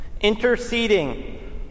interceding